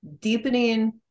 deepening